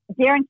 Darren